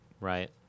Right